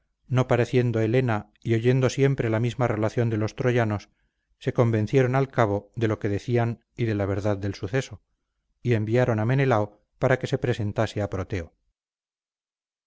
no pareciendo helena y oyendo siempre la misma relación de los troyanos se convencieron al cabo de lo que decían y de la verdad del suceso y enviaron a menelao para que se presentase a proteo